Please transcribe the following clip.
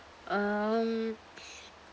um